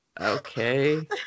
okay